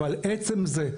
אבל עצם זה,